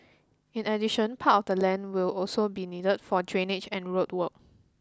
in addition part of the land will also be needed for drainage and road work